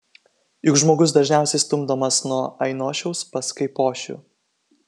juk žmogus dažniausiai stumdomas nuo ainošiaus pas kaipošių